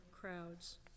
crowds